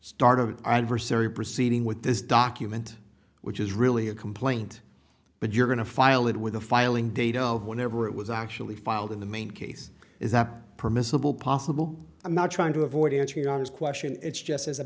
an adversary proceeding with this document which is really a complaint but you're going to file it with a filing date of whatever it was actually filed in the main case is that permissible possible i'm not trying to avoid answering on this question it's just as a